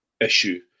issue